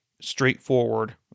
straightforward